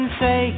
say